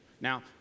Now